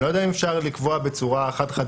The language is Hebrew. אני לא יודע אם אפשר לקבוע בצורה חד חד